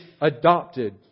adopted